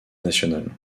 national